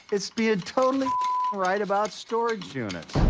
it's being totally right about storage units.